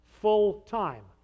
full-time